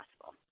possible